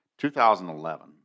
2011